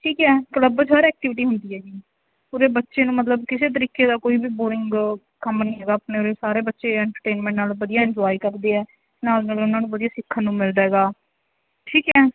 ਠੀਕ ਹੈ ਕਲੱਬ 'ਚ ਹਰ ਐਕਟੀਵਿਟੀ ਹੁੰਦੀ ਹੈ ਜੀ ਉਰੇ ਬੱਚੇ ਨੂੰ ਮਤਲਬ ਕਿਸੇ ਤਰੀਕੇ ਦਾ ਕੋਈ ਵੀ ਬੋਰਿੰਗ ਕੰਮ ਨਹੀਂ ਹੈਗਾ ਆਪਣੇ ਉਰੇ ਸਾਰੇ ਬੱਚੇ ਐਂਟਰਟੇਨਮੈਂਟ ਨਾਲ ਵਧੀਆ ਇੰਜੋਏ ਕਰਦੇ ਹੈ ਨਾਲ ਨਾਲ ਉਹਨਾਂ ਨੂੰ ਵਧੀਆ ਸਿੱਖਣ ਨੂੰ ਮਿਲਦਾ ਹੈਗਾ ਠੀਕ ਹੈ